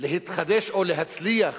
להתחדש או להצליח